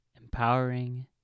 empowering